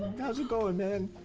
how's it going man?